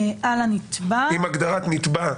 "על הנתבע" עם הגדרת נתבע.